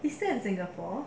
is there in singapore